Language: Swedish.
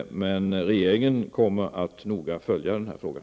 Regeringen kommer att noga följa frågan.